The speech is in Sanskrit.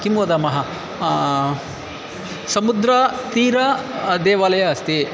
किं वदामः समुद्रतीरे देवालयम् अस्ति